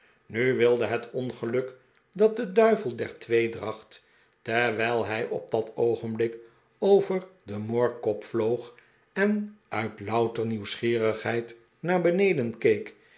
nu wilde het ongeluk dat de duivel der tweedracht terwijl hij op dat oogenblik over de moorkop vloog en uit louter nieuwsgierigheid naar beneden